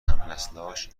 همنسلانش